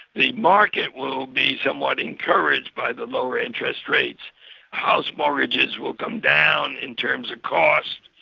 the market will be somewhat encouraged by the lower interest rates house mortgages will come down in terms of cost,